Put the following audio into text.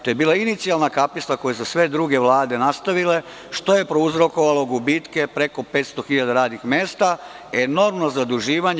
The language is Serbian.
To je bila inicijalna kapisla koje su sve druge vlade nastavile, što je prouzrokovalo gubitke preko 500 hiljada radnih mesta, enormno zaduživanje.